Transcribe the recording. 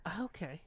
Okay